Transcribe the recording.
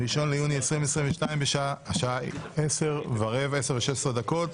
1 ביוני 2022, השעה 10:16 דקות.